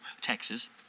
Texas